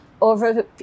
over